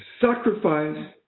sacrifice